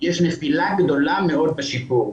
יש נפילה גדולה מאוד בשיפור.